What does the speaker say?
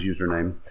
username